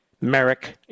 Merrick